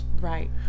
Right